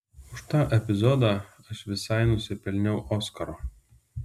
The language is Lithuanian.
už tą epizodą aš visai nusipelniau oskaro